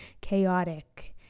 chaotic